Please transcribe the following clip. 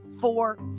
four